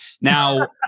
Now